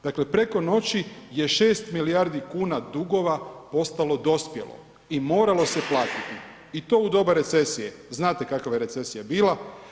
Dakle preko noći je 6 milijardi kuna dugova postalo dospjelo i moralo se platiti i to u doba recesije, znate kakva je recesija bila.